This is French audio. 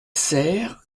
serre